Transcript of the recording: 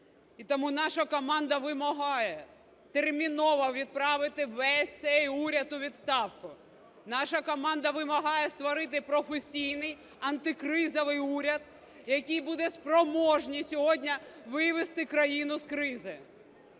І тому наша команда вимагає терміново відправити весь цей уряд у відставку. Наша команда вимагає створити професійний, антикризовий уряд, який буде спроможний сьогодні вивести країну з кризи.